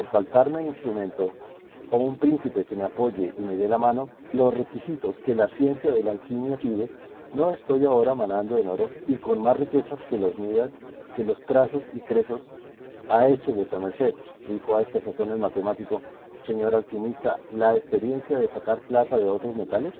faltarme instrumento o un príncipe que me apoye y me dé a la mano los requisitos que la ciencia de la alquimia pide no estoy ahora manando en oro y con más riquezas que los midas que los crasos y cresos ha hecho vuesa merced dijo a esta sazón el matemático señor alquimista la experiencia de sacar plata de otros metales